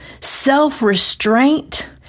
self-restraint